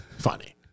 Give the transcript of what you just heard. Funny